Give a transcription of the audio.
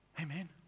Amen